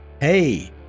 Hey